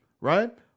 right